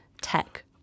tech